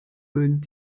und